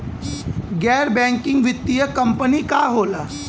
गैर बैकिंग वित्तीय कंपनी का होला?